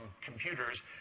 computers